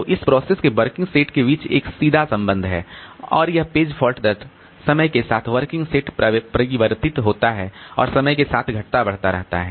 तो एक प्रोसेस के वर्किंग सेट के बीच एक सीधा संबंध है और यह पेज फॉल्ट दर समय के वर्किंग सेट परिवर्तित होता है और समय के साथ घटता बढ़ता रहता है